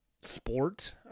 sport